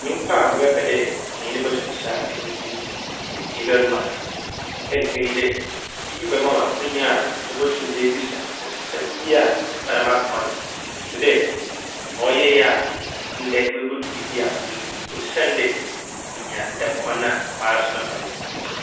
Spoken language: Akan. Nyimpa a mɛpɛ dɛ menye no bɔto nsa edzidzi yɛ Elon Musk. Saintsir nye dɛ iyi bɛma ma m' akwanya a motum ebisa no nsɛm bi a ɔda m'akoma do. Tse dɛ ma ɔyɛe a ndɛ oebudur bea oedur osiandɛ minya dɛm kwan no a mara so mɛfa do.